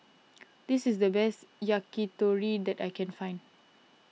this is the best Yakitori that I can find